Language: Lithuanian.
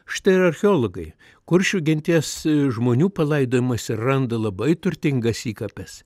štai ir archeologai kuršių genties žmonių palaidojimuose randa labai turtingas įkapes